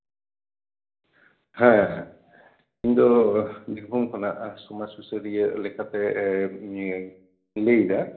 ᱦᱮᱸ ᱤᱧᱫᱚ ᱵᱤᱨᱵᱷᱩᱢ ᱠᱷᱚᱱᱟᱜ ᱥᱚᱢᱟᱡ ᱥᱩᱥᱟᱹᱨᱤᱭᱟᱹ ᱞᱮᱠᱟᱛᱮᱧ ᱞᱟᱹᱭᱫᱟ